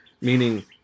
meaning